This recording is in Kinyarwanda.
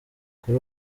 kuri